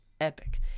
epic